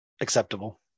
acceptable